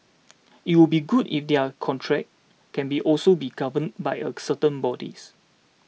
it would be good if they are contract can also be governed by a certain bodies